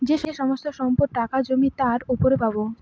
যে সমস্ত সম্পত্তি, টাকা, জমি তার উপর পাবো